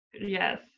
yes